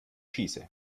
schieße